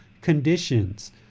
conditions